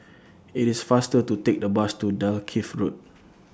IT IS faster to Take The Bus to Dalkeith Road